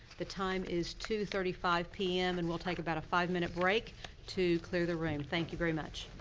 the time is two thirty five pm. and we'll take about a five minute break to clear the room. thank you very much.